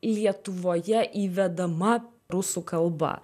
lietuvoje įvedama rusų kalba